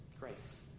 Grace